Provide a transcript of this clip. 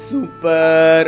Super